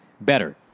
better